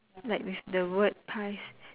like with the word pies